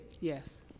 Yes